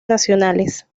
nacionales